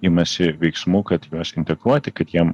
imasi veiksmų kad juos integruoti kad jiem